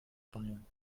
bayern